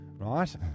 Right